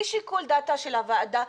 לשיקול דעתה של הוועדה,